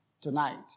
tonight